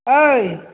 ओइ